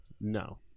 no